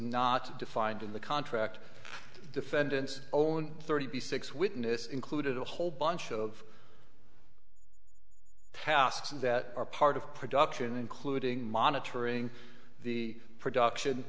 defined in the contract defendant's own thirty six witness included a whole bunch of tasks that are part of production including monitoring the production